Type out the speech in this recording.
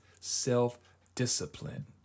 self-discipline